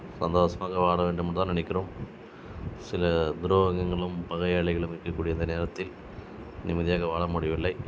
சந்தோஷமாக வாழ வேண்டும் என்று தான் நினைக்கிறோம் சில துரோகங்களும் பகையாளிகளும் இருக்க கூடிய இந்த நேரத்தில் நிம்மதியாக வாழ முடியவில்லை